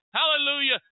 hallelujah